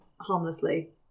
harmlessly